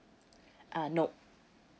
uh nope